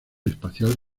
espacial